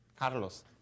Carlos